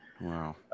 Wow